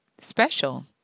special